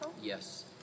Yes